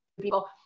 people